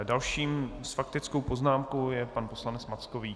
Dalším s faktickou poznámkou je pan poslanec Mackovík.